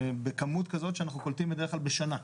בכמות כזאת שאנחנו קולטים בדרך כלל בשנה.